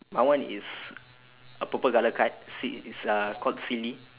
my one is a purple colour card si~ it's uh called silly